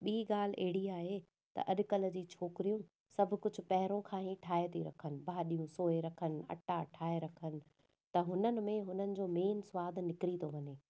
ॿी ॻाल्हि अहिड़ी आहे त अॼुकल्ह जी छोकिरियूं सभु कुझु पहिरो खां ई ठाहे थी रखनि भाॼियूं सोए रखनि अटा ठाहे रखनि त हुननि में हुननि जो मेन सवादु निकिरी थो वञे